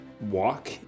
walk